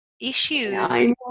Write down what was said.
issues